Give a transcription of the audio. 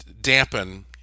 dampen